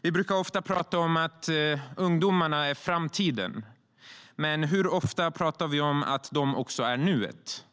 Vi brukar ofta prata om att ungdomarna är framtiden. Men hur ofta pratar vi om att de också är nuet?